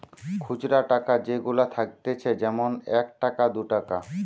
খুচরা টাকা যেগুলা থাকতিছে যেমন এক টাকা, দু টাকা